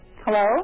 Hello